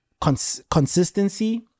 consistency